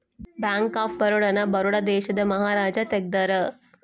bank of Baroda ನ ಬರೋಡ ದೇಶದ ಮಹಾರಾಜ ತೆಗ್ದಾರ